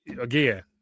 again